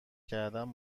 کردن